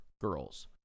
girls